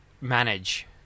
manage